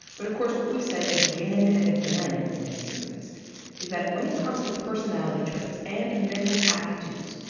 but of course what we've said again and again in this series is that when it comes to personality traits and mental aptitudes,